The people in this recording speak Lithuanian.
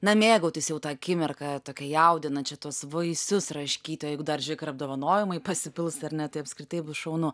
na mėgautis jau ta akimirka tokia jaudinančia tuos vaisius raškyt o jeigu dar žiūrėk ir apdovanojimai pasipils ar ne tai apskritai bus šaunu